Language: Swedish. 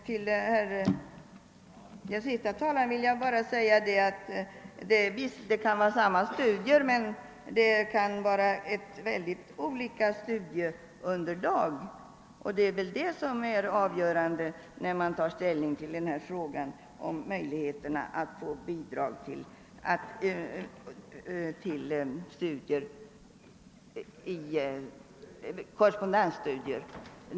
Herr talman! Till den senaste talaren vill jag bara säga att det visserligen kan vara fråga om samma studier men om mycket olika studieunderlag. Det är väl detta som är avgörande då man tar ställning till frågan om möjligheterna att ge bidrag till korrespondensstudier.